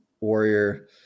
Warrior